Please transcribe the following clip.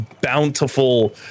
bountiful